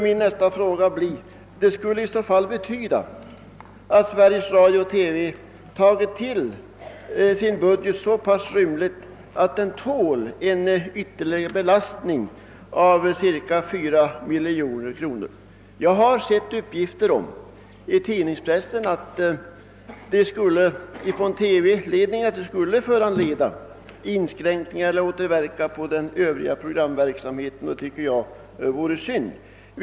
Min nästa fråga blir om inte detta måste betyda att Sveriges Radio-TV gjort sin budget så pass rymlig att den tål en ytterligare belastning med dessa cirka 3 miljoner kronor. Jag har i tid ningspressen sett uppgifter från TV ledningen om att ifrågavarande sändningar skulle föranleda inskränkningar i eller på annat sätt påverka den övriga programverksamheten. Jag tycker det vore synd om det skulle bli på detta sätt.